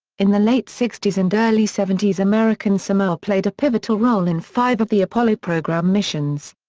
in the late sixty s and early seventy s american samoa played a pivotal role in five of the apollo program missions.